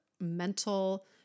mental